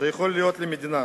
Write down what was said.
שיכול להיות למדינה.